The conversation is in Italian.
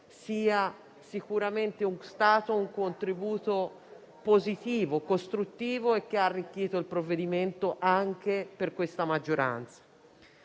sia sicuramente stato un contributo positivo, costruttivo, che ha arricchito il provvedimento anche per questa maggioranza.